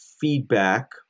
feedback